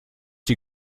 die